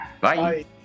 Bye